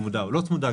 צמודה או לא צמודה,